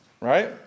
right